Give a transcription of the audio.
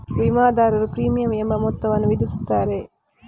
ವಿಮಾದಾರರು ಪ್ರೀಮಿಯಂ ಎಂಬ ಮೊತ್ತವನ್ನು ವಿಧಿಸುತ್ತಾರೆ